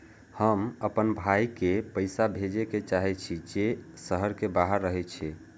हम आपन भाई के पैसा भेजे के चाहि छी जे शहर के बाहर रहे छै